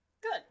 Good